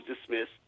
dismissed